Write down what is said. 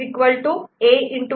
Y A